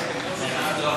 מה.